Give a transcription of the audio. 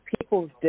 people's